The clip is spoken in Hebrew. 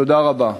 תודה רבה.